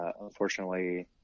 unfortunately